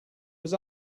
was